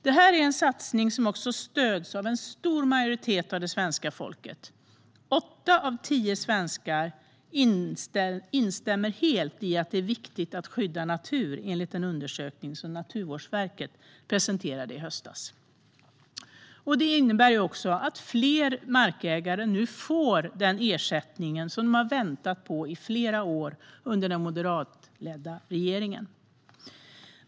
Det här är satsning som stöds av en stor majoritet av svenska folket. Åtta av tio svenskar instämmer helt i att det är viktigt att skydda natur, enligt en undersökning som Naturvårdsverket presenterade i höstas. Det innebär också att fler markägare får den ersättning som de har väntat på i flera år under den moderatledda regeringen.